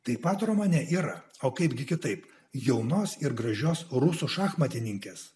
taip pat romane yra o kaipgi kitaip jaunos ir gražios rusų šachmatininkės